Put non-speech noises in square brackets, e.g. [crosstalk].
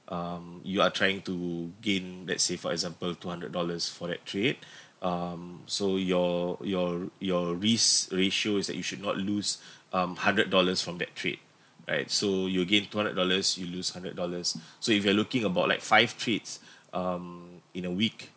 um you are trying to gain let's say for example two hundred dollars for that trade [breath] um so your your your risk ratio is that you should not lose [breath] um hundred dollars from that trade right so you'll gain two hundred dollars you'll lose hundred dollars so if you are looking about like five trades um in a week